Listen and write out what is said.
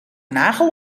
nagel